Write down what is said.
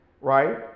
right